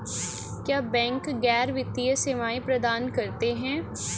क्या बैंक गैर वित्तीय सेवाएं प्रदान करते हैं?